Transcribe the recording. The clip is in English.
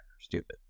stupid